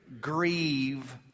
grieve